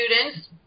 students